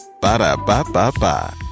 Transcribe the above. Ba-da-ba-ba-ba